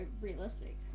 realistic